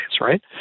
right